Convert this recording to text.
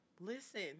Listen